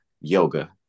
yoga